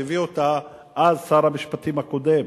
שהביא אותה אז שר המשפטים הקודם,